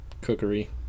cookery